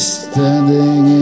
standing